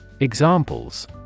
Examples